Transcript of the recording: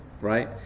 right